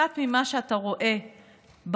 קצת ממה שאתה רואה בחוסר,